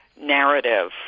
narrative